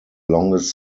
longest